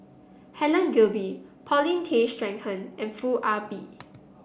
Helen Gilbey Paulin Tay Straughan and Foo Ah Bee